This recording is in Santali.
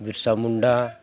ᱵᱤᱨᱥᱟ ᱢᱩᱱᱰᱟ